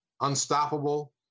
unstoppable